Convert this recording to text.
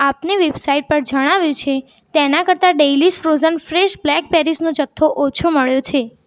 આપની વેબસાઈટ પર જણાવ્યું છે તેનાં કરતાં ડેઇલીઝ ફ્રોઝન ફ્રેશ બ્લેકબેરીઝનો જથ્થો ઓછો મળ્યો છે